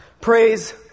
Praise